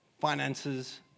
finances